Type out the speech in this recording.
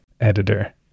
editor